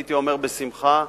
הייתי אומר: בשמחה,